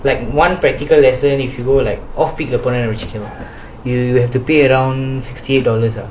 like one practical lesson if you go like off peak lah பொன்னேன் வெச்சிகோ:ponnaen vechiko you have to pay around sixty dollars ah